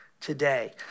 today